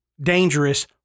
dangerous